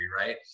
right